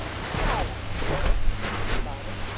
silence, sir returned his father,